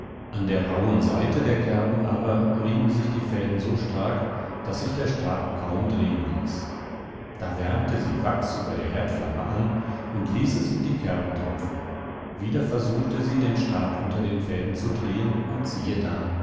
an der rauhen seite der kerben aber rieben sich die fäden so stark daß sich der stab kaum drehen ließ da wärmte sie wachs über der herdflamme an und ließ es in die kerben tropfen wieder versuchte sie den stab unter den fäden zu drehen und siehe da